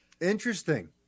Interesting